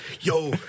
yo